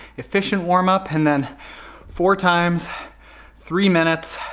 efficient warm up. and then four times three minutes,